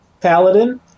Paladin